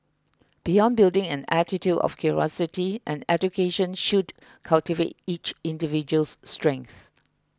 beyond building an attitude of curiosity an education should cultivate each individual's strengths